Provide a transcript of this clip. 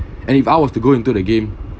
and if I was to go into the game